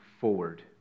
forward